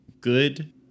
good